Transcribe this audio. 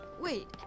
wait